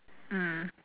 mm